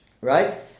right